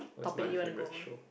topic you want to go on